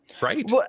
Right